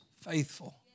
faithful